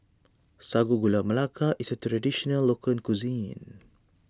Sago Gula Melaka is a Traditional Local Cuisine